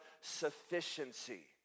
sufficiency